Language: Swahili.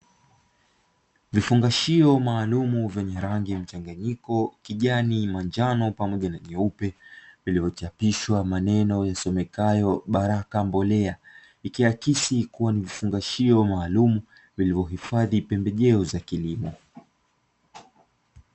Vifungashio maalum venye rangi mchanganyiko kijani manjano pamoja na nyeupe lililochapishwa maneno yasomekayo "Baraka mbolea", ikiakisi kuwa ni vifungashio maalumu vilivyohifadhi pembejeo za kilimo.